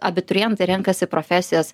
abiturientai renkasi profesijas